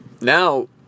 now